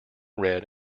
red